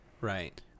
right